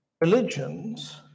religions